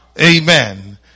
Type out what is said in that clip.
Amen